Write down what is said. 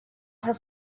her